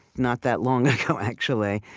not that long ago, actually,